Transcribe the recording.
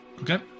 Okay